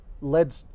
led